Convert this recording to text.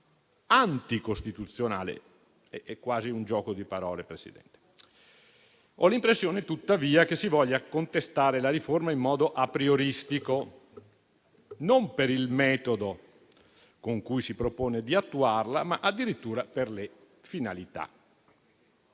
anticostituzionale (è quasi un gioco di parole). Ho l'impressione, tuttavia, che si voglia contestare la riforma in modo aprioristico, non per il metodo con cui si propone di attuarla, ma addirittura per le finalità.